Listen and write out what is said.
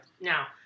Now